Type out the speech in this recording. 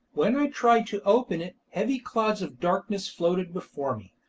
when i tried to open it heavy clouds of darkness floated before me.